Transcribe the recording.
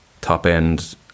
top-end